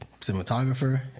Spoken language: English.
cinematographer